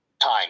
time